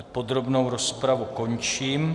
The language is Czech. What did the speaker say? Podrobnou rozpravu končím.